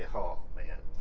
ah oh man,